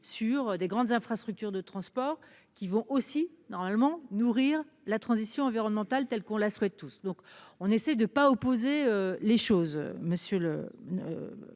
sur des grandes infrastructures de transport qui vont aussi normalement nourrir la transition environnementale telle qu'on la souhaite tous donc on essaie de pas opposer les choses. Monsieur le.